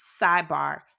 sidebar